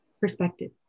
perspective